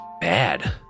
bad